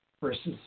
versus